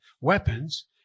weapons